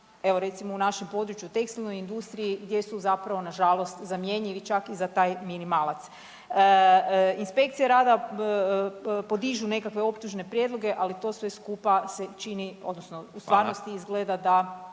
evo recimo u našim području, u tekstilnoj industriji gdje su zapravo nažalost zamjenjivi čak i za taj minimalac. Inspekcije rada podižu nekakve optužne prijedloge, ali to sve skupa se čini odnosno u stvarnosti izgleda …